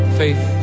faith